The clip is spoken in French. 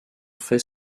faits